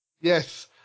Yes